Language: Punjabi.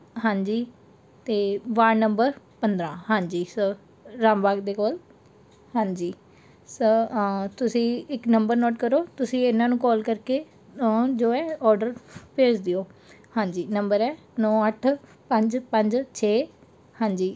ਹਾਂਜੀ ਅਤੇ ਵਾਰਡ ਨੰਬਰ ਪੰਦਰ੍ਹਾਂ ਹਾਂਜੀ ਸਰ ਰਾਮ ਬਾਗ ਦੇ ਕੋਲ ਹਾਂਜੀ ਸਰ ਤੁਸੀਂ ਇੱਕ ਨੰਬਰ ਨੋਟ ਕਰੋ ਤੁਸੀਂ ਇਹਨਾਂ ਨੂੰ ਕਾਲ ਕਰਕੇ ਜੋ ਹੈ ਔਰਡਰ ਭੇਜ ਦਿਓ ਹਾਂਜੀ ਨੰਬਰ ਹੈ ਨੌ ਅੱਠ ਪੰਜ ਪੰਜ ਛੇ ਹਾਂਜੀ